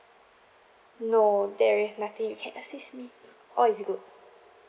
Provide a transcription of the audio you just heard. no there is nothing you can assist me all is good